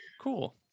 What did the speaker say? cool